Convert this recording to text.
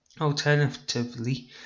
Alternatively